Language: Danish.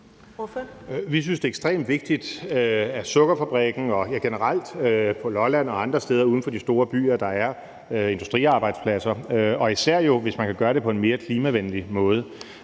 Vi synes, at det er ekstremt vigtigt – i forhold til sukkerfabrikken og generelt på Lolland og andre steder uden for de store byer – at der er industriarbejdspladser, og jo især hvis man kan gøre det på en mere klimavenlig måde.